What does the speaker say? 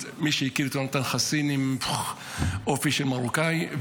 מי שהכיר את יהונתן חסין, הוא עם אופי של מרוקאי.